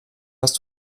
hast